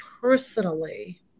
personally